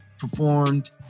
performed